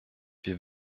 wir